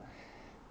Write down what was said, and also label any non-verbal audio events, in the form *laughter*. *breath*